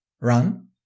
run